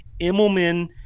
Immelman